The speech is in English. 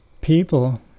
People